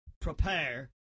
prepare